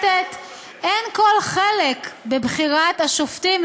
כשנוח לכם אתם עושים השוואה,